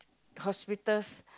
hospital's